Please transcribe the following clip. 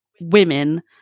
women